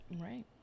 Right